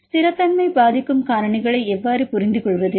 ஸ்திரத்தன்மையை பாதிக்கும் காரணிகளை எவ்வாறு புரிந்துகொள்வது